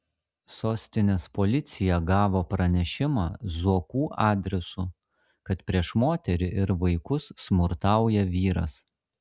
sostinės policija gavo pranešimą zuokų adresu kad prieš moterį ir vaikus smurtauja vyras